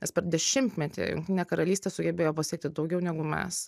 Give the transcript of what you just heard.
nes per dešimtmetį jungtinė karalystė sugebėjo pasiekti daugiau negu mes